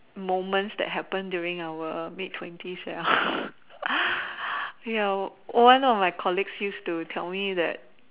moments that happen during our mid twenties ya one of my colleagues used to tell me that